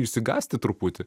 išsigąsti truputį